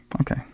okay